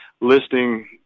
listing